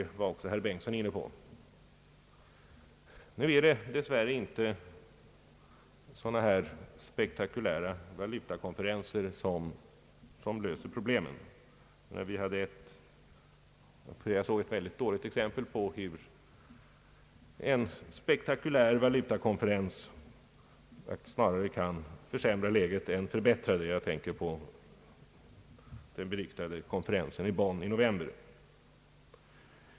Herr Bengtson har också talat om detta. Nu är det dess värre inte sådana spektakulära valutakonferenser som löser problemen. Vi såg ett mycket dåligt exempel på hur en spektakulär valutakonferens snarare kan försämra läget än förbättra det. Jag tänker på den beryktade konferensen i Bonn i november.